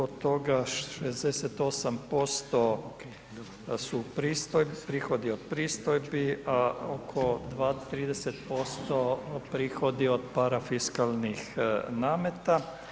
Od toga 68% su prihodi od pristojbi, a oko 30% prihodi od parafiskalnih nameta.